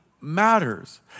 matters